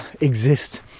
exist